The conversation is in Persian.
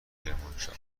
کرمانشاه